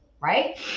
Right